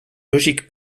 logique